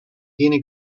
tiene